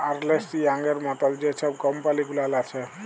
আর্লেস্ট ইয়াংয়ের মতল যে ছব কম্পালি গুলাল আছে